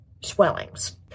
swellings